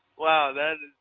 wow. that